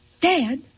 Dad